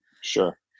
Sure